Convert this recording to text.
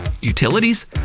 utilities